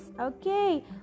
Okay